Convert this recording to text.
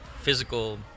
physical